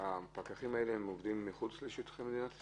הפקחים האלה עובדים מחוץ לשטחי מדינת ישראל?